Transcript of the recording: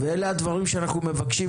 אלה הדברים שאנחנו מבקשים,